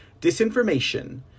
disinformation